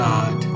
God